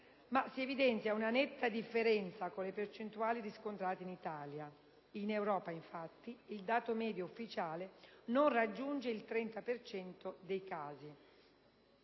ma si evidenzia una netta differenza con le percentuali riscontrate in Italia; in Europa, infatti, il dato medio ufficiale non raggiunge il 30 per cento